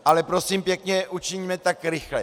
Ale prosím pěkně, učiňme tak rychle.